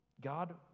God